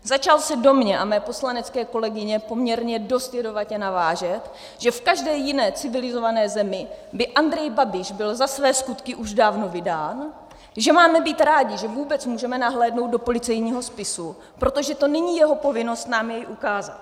Začal se do mě a mé poslanecké kolegyně poměrně dost jedovatě navážet, že v každé jiné civilizované zemi by Andrej Babiš byl za své skutky už dávno vydán, že máme být rádi, že vůbec můžeme nahlédnout do policejního spisu, protože to není jeho povinnost nám jej ukázat.